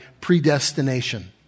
predestination